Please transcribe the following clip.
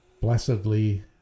Blessedly